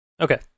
okay